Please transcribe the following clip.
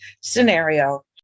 scenario